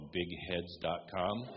bigheads.com